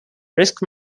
risk